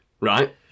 right